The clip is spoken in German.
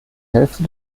hälfte